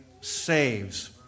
saves